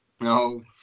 No